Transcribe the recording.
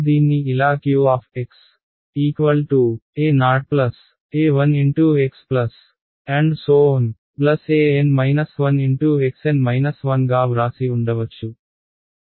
aN 1xn 1 గా వ్రాసి ఉండవచ్చు